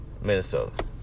Minnesota